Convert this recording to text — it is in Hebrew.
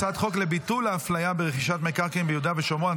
הצעת חוק לביטול ההפליה ברכישת מקרקעין ביהודה ושומרון,